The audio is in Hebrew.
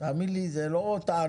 תאמין לי, החוק הזה הוא לא תענוג.